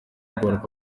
guhaguruka